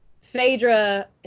Phaedra